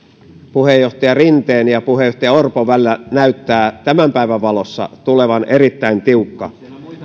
puheenjohtaja rinteen ja puheenjohtaja orpon välillä näyttää tämän päivän valossa tulevan erittäin tiukka